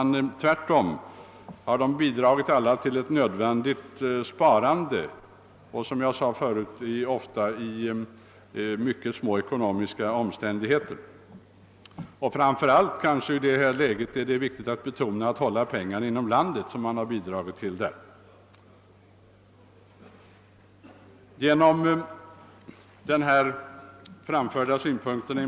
Tvärtom har de bidragit till det nödvändiga sparandet. Och framför allt har de medverkat till att hålla pengarna kvar inom landet, vilket inte är minst viktigt.